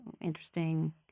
interesting